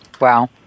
Wow